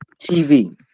TV